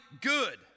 good